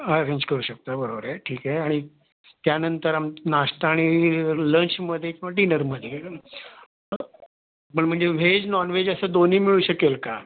arrange करू शकता बरोबर आहे ठीक आहे आणि त्यानंतर आम् नाश्ता आणि लंचमध्ये किंवा डिनरमध्ये पण म्हणजे व्हेज नॉनवेज असं दोन्ही मिळू शकेल का